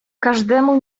każdemu